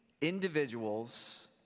individuals